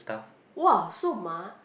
!wah! so much